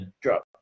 drop